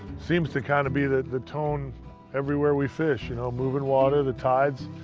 seems to kind of be the the tone everywhere we fish. you know, moving water, the tides.